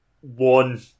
one